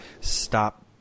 Stop